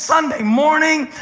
sunday morning.